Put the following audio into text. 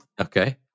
Okay